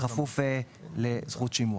בכפוף לזכות שימוע.